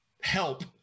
help